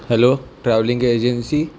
hello travelling agency